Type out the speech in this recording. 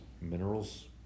Minerals